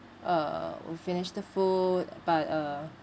uh we finished the food but uh